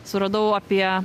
suradau apie